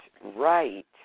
right